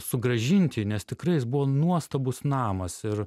sugrąžinti nes tikrai jis buvo nuostabus namas ir